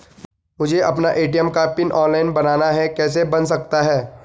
मुझे अपना ए.टी.एम का पिन ऑनलाइन बनाना है कैसे बन सकता है?